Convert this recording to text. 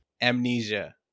amnesia